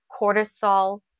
cortisol